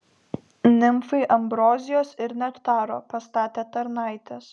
nimfai ambrozijos ir nektaro pastatė tarnaitės